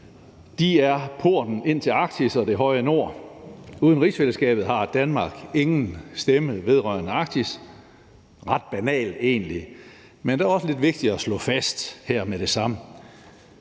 De er porten ind til Arktis og det høje nord. Uden rigsfællesskabet har Danmark ingen stemme vedrørende Arktis. Det er egentlig ret banalt, men dog også lidt vigtigt at slå fast her med det samme.